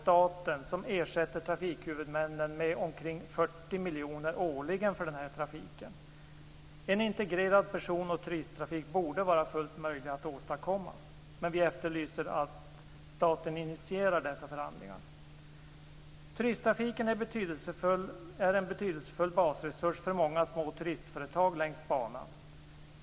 Staten ersätter ju trafikhuvudmännen med omkring 40 miljoner årligen för den här trafiken. Turisttrafiken är en betydelsefull basresurs för många små turistföretag längs banan.